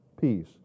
peace